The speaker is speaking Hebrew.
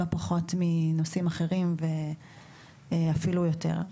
לא פחות מנושאים אחרים ואפילו יותר.